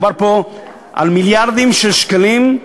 מדובר פה על מיליארדים של שקלים,